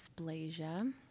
dysplasia